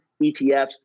ETFs